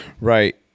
right